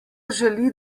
želi